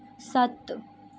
ਸੱਤ